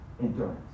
endurance